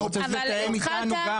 אני רוצה שתתאם איתנו גם.